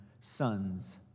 sons